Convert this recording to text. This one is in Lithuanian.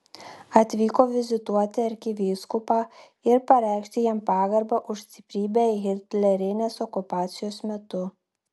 atvyko vizituoti arkivyskupą ir pareikšti jam pagarbą už stiprybę hitlerinės okupacijos metu